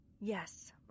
Yes